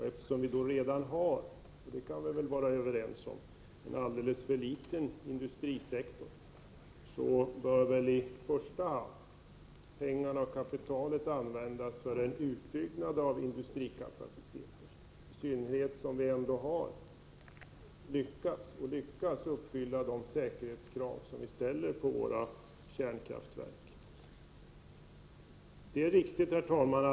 Eftersom vi redan har —det kan vi väl vara överens om — en alldeles för liten industrisektor, bör väl i första hand pengar och kapital användas för en utbyggnad av industrikapaciteten, i synnerhet som vi ändå lyckas uppfylla de säkerhetskrav som vi ställer på våra kärnkraftverk. 38 Herr talman!